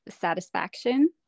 satisfaction